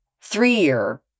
three-year